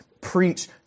preach